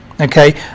okay